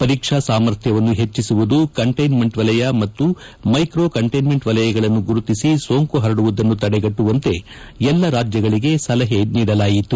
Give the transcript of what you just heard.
ಪರೀಕ್ಷಾ ಸಾಮರ್ಥ್ಯವನ್ನು ಹೆಚ್ಚಿಸುವುದು ಕಂಟೈನ್ಮೆಂಟ್ ವಲಯ ಮತ್ತು ಮೈಕ್ರೋ ಕಂಟೈನ್ಮೆಂಟ್ ವಲಯಗಳನ್ನು ಗುರುತಿಸಿ ಸೋಂಕು ಹರಡುವುದನ್ನು ತಡೆಗಟ್ಟುವಂತೆ ಎಲ್ಲ ರಾಜ್ಯಗಳಿಗೆ ಸಲಹೆ ನೀಡಲಾಯಿತು